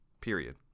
Period